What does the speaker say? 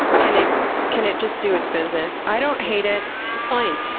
can it can it just do its business? i don't hate it. it's fine.